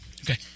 Okay